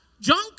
junk